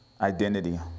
Identity